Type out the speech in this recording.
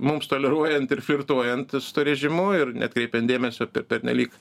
mums toleruojant ir flirtuojant su tuo režimu ir neatkreipiant dėmesio pernelyg